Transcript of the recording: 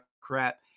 crap